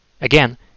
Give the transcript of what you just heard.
Again